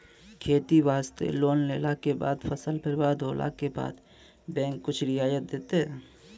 खेती वास्ते लोन लेला के बाद फसल बर्बाद होला के बाद बैंक कुछ रियायत देतै?